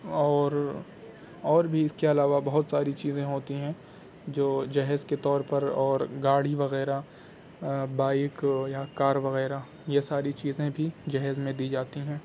اور اور بھی اس کے علاوہ بہت ساری چیزیں ہوتی ہیں جو جہیز کے طور اور گاڑی وغیرہ بائیک ہو یا کار وغیرہ یہ ساری چیزیں بھی جہیز میں دی جاتی ہیں